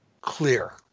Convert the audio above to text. clear